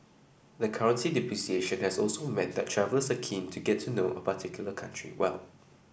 the currency depreciation has also meant that travellers are keen to get to know a particular country well